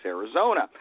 Arizona